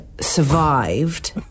survived